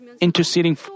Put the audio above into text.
interceding